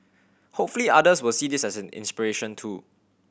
hopefully others will see this as an inspiration too